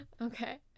Okay